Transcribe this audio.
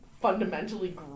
fundamentally